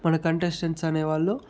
మన కంటెస్టెంట్స్ అనే వాళ్ళు